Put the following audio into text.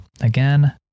Again